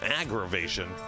aggravation